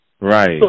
Right